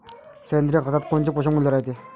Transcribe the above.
सेंद्रिय खतात कोनचे पोषनमूल्य रायते?